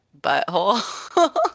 butthole